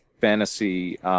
fantasy